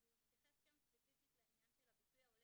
הוא מתייחס שם ספציפית לעניין של הפיצוי ההולם